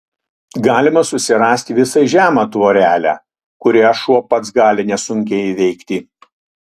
galima susirasti visai žemą tvorelę kurią šuo pats gali nesunkiai įveikti